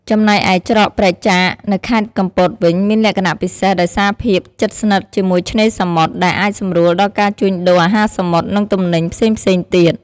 ចំណែកឯ ច្រកព្រែកចាក នៅខេត្តកំពតវិញ មានលក្ខណៈពិសេសដោយសារភាពជិតស្និទ្ធជាមួយឆ្នេរសមុទ្រ ដែលអាចសម្រួលដល់ការជួញដូរអាហារសមុទ្រ និងទំនិញផ្សេងៗទៀត។